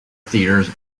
theaters